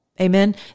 Amen